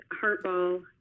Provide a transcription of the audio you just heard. HeartBall